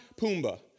Pumbaa